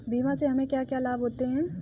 बीमा से हमे क्या क्या लाभ होते हैं?